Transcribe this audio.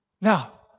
Now